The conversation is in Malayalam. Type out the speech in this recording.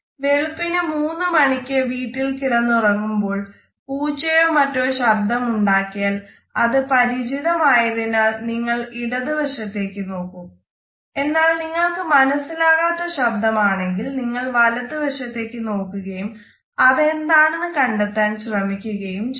വെളുപ്പിന് 3 മണിക്ക് വീട്ടിൽ കിടന്നുറങ്ങുമ്പോൾ പൂച്ചയോ മറ്റോ ശബ്ദം ഉണ്ടാക്കിയാൽ അത് പരിചിതം ആയതിനാൽ നിങ്ങള് ഇടത് വശത്തേക്ക് നോക്കും എന്നാൽ നിങ്ങൾക്ക് മനസ്സിലാകാത്ത ശബ്ദം ആണെങ്കിൽ നിങ്ങൾ വലത് വശത്തേക്ക് നോക്കുകയും അതെന്താണെന്ന് കണ്ടെത്താൻ ശ്രമിക്കുകയും ചെയ്യും